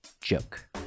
joke